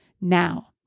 now